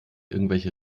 irgendwelche